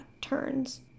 turns